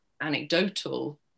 anecdotal